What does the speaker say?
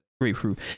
Grapefruit